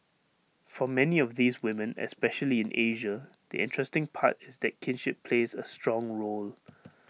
for many of these women especially in Asia the interesting part is that kinship plays A strong role